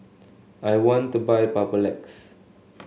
I want to buy Papulex